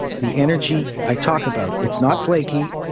the energy i talk about, it's not flaky,